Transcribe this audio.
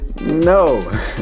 no